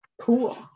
cool